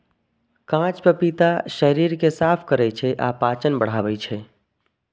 कांच पपीता शरीर कें साफ करै छै आ पाचन बढ़ाबै छै